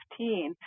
2015